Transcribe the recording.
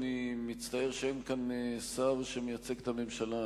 אני מצטער שאין כאן שר שמייצג את הממשלה.